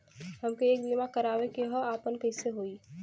हमके एक बीमा करावे के ह आपन कईसे होई?